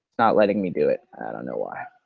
not letting me do it, i don't know why.